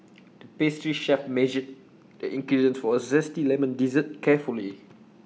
the pastry chef measured the ingredients for A Zesty Lemon Dessert carefully